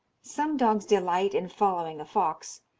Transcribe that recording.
some dogs delight in following a fox,